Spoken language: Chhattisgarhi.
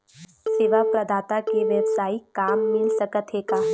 सेवा प्रदाता के वेवसायिक काम मिल सकत हे का?